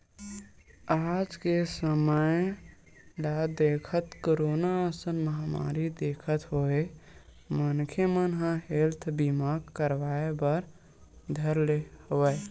आज के समे ल देखत, कोरोना असन महामारी देखत होय मनखे मन ह हेल्थ बीमा करवाय बर धर ले हवय